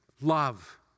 love